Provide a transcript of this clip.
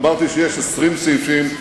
אמרתי שיש 20 סעיפים.